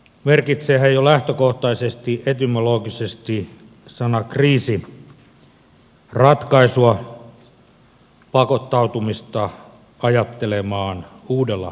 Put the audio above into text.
merkitseehän jo lähtökohtaisesti etymologisesti sana kriisi ratkaisua pakottautumista ajattelemaan uudella tavalla